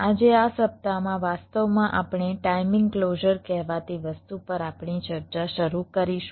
આજે આ સપ્તાહમાં વાસ્તવમાં આપણે ટાઇમિંગ ક્લોઝર કહેવાતી વસ્તુ પર આપણી ચર્ચા શરૂ કરીશું